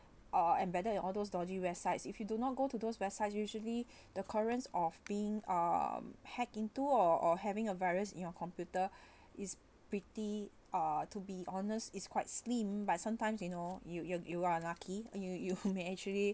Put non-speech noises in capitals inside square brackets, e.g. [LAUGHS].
uh embedded in all those dodgy websites if you do not go to those websites usually [BREATH] the currents of being uh hack into or or having a virus your computer [BREATH] is pretty uh to be honest is quite slim but sometimes you know you you are you are unlucky you you [LAUGHS] may actually